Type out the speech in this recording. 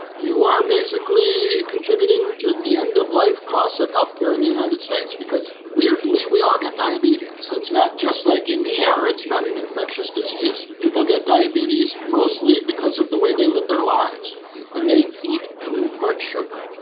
you are basically contributing to the end of life costs of health care in the united states, because weirdly we all get diabetes. that's not just like in the air. it's not an infectious disease. people get diabetes mostly because of the way they live their lives and they eat too much sugar.